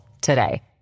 today